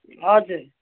हजुर